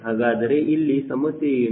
ಹಾಗಾದರೆ ಇಲ್ಲಿ ಸಮಸ್ಯೆ ಏನು